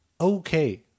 Okay